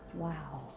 wow